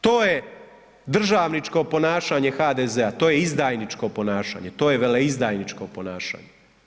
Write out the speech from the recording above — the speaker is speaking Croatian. To je državničko ponašanje HDZ-a, to je izdajničko ponašanje, to je veleizdajničko ponašanje.